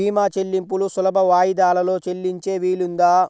భీమా చెల్లింపులు సులభ వాయిదాలలో చెల్లించే వీలుందా?